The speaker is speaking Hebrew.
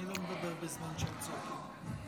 אני לא מדבר בזמן שהם צועקים.